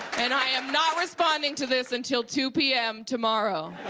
and i am not responding to this until two p m. tomorrow.